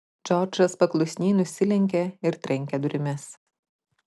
džordžas paklusniai nusilenkė ir trenkė durimis